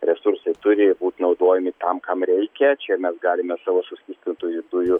resursai turi būt naudojami tam kam reikia čia mes galime savo suskystintųjų dujų